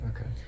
Okay